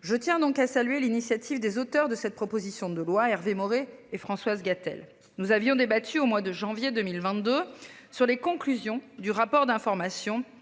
Je tiens donc à saluer l'initiative des auteurs de cette proposition de loi, Hervé Maurey et Françoise Gatel. Nous avions débattu au mois de janvier 2022 sur les conclusions du rapport d'information